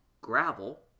gravel